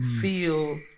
feel